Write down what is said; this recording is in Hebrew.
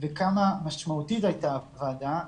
וכמה משמעותית הייתה הוועדה.